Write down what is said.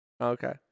Okay